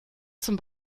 zum